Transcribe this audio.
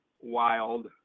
Wild